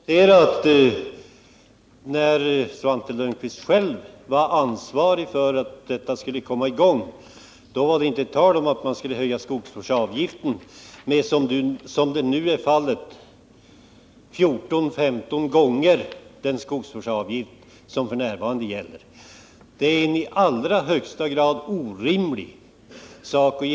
Herr talman! När Svante Lundkvist själv var ansvarig för att detta skulle komma i gång var det inte tal om att man skulle höja skogsvårdsavgiften med som nu är fallet 14-15 gånger den skogsvårdsavgift som f. n. gäller. Att genomföra detta är i allra högsta grad orimligt.